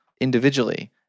individually